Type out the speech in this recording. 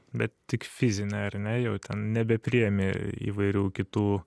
bet tik fizinę ar ne jau ten nebepriemi įvairių kitų